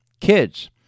kids